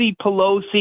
Pelosi